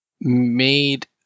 made